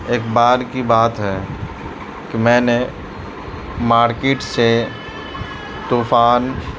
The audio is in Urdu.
ایک بار کی بات ہے کہ میں نے مارکیٹ سے طوفان